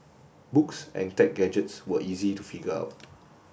books and tech gadgets were easy to figure out